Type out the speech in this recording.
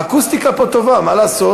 האקוסטיקה פה טובה, מה לעשות.